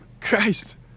Christ